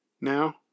now